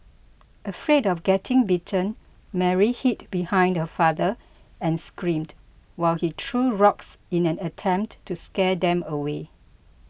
afraid of getting bitten Mary hid behind her father and screamed while he threw rocks in an attempt to scare them away